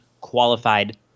qualified